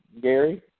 Gary